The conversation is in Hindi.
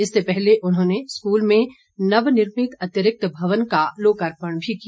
इससे पहले उन्होंने स्कूल में नवर्निमित अतिरिक्त भवन का लोकार्पण भी किया